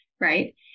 right